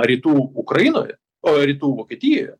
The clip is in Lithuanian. rytų ukrainoje o rytų vokietijoje